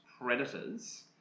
predators